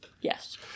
yes